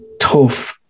tough